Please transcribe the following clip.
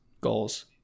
goals